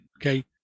okay